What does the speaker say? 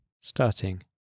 starting